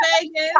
Vegas